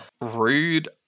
Rude